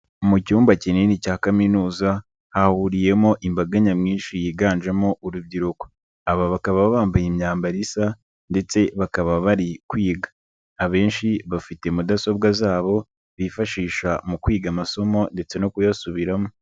Mu cyumba kinini cya kaminuza, hahuriyemo imbaga nyamwinshi yiganjemo urubyiruko. Aba bakaba bambaye imyambaro isa, ndetse bakaba bari kwiga. Abenshi bafite mudasobwa zabo, bifashisha mu kwiga amasomo ndetse no kuyasubiramo.